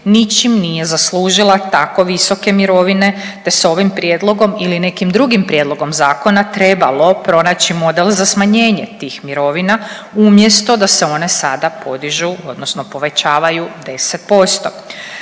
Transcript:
ničim nije zaslužila tako visoke mirovine te s ovim prijedlogom ili nekim drugim prijedlogom zakona trebalo pronaći model za smanjenje tih mirovina umjesto da se one sada podižu odnosno povećavaju 10%.